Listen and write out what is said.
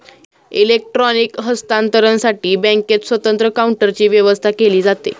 electronic हस्तांतरणसाठी बँकेत स्वतंत्र काउंटरची व्यवस्था केली जाते